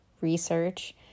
research